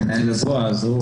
מנהל זרוע העבודה,